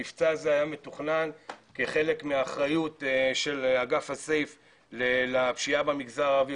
המבצע הזה היה מתוכנן כחלק מאחריות של אגף הסייף לפשיעה במגזר הערבי,